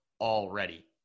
already